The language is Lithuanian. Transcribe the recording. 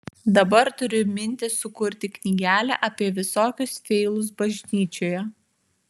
dabar turiu mintį sukurti knygelę apie visokius feilus bažnyčioje